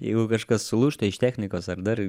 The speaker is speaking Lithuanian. jeigu kažkas sulūžta iš technikos ar dar